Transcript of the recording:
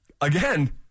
again